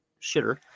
shitter